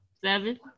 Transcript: seven